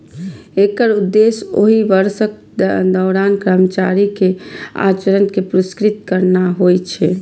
एकर उद्देश्य ओहि वर्षक दौरान कर्मचारी के आचरण कें पुरस्कृत करना होइ छै